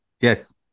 yes